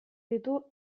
ditu